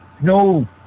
no